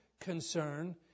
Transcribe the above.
concern